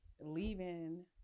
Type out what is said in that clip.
leaving